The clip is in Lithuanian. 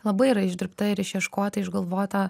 labai yra išdirbta ir išieškota išgalvota